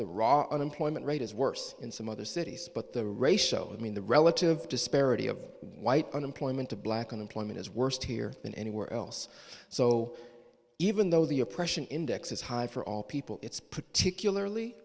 the raw unemployment rate is worse in some other cities but the ratio i mean the relative disparity of white unemployment to black unemployment is worst here than anywhere else so even though the oppression index is high for all people it's particularly